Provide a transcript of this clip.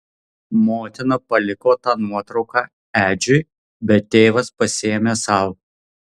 motina paliko tą nuotrauką edžiui bet tėvas pasiėmė sau